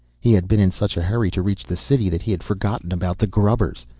he had been in such a hurry to reach the city that he had forgotten about the grubbers.